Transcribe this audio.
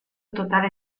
totale